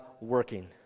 working